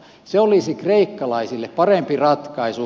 se olisi kreikkalaisille parempi ratkaisu